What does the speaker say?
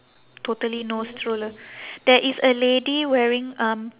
totally no stroller there is a lady wearing um